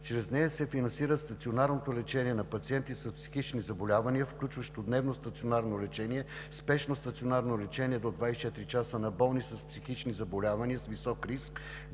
Чрез нея се финансира стационарното лечение на пациенти с психични заболявания, включващо дневно стационарно лечение, спешно стационарно лечение до 24 часа на болни с психични заболявания с висок риск,